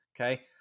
Okay